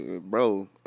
bro